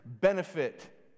benefit